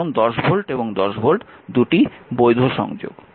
কারণ 10 ভোল্ট এবং 10 ভোল্ট বৈধ সংযোগ